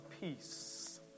peace